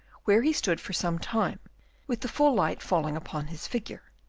where he stood for some time with the full light falling upon his figure.